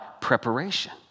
preparation